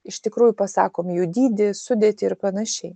iš tikrųjų pasakom jų dydį sudėtį ir panašiai